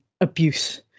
abuse